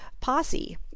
posse